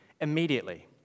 immediately